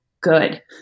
good